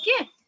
Okay